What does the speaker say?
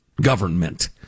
government